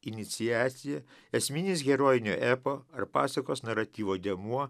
iniciacija esminis herojinio epo ar pasakos naratyvo dėmuo